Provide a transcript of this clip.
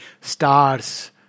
stars